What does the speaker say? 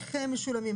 איך הם משולמים?